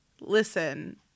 listen